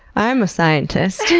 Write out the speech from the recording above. i am a scientist!